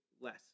less